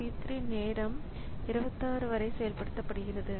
P 3 நேரம் 26 வரை செயல்படுத்தப்படுகிறது